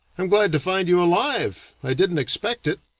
i'm glad to find you alive. i didn't expect it.